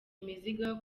imizigo